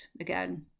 again